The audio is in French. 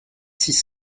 six